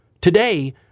Today